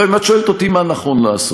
אם את שואלת אותי מה נכון לעשות,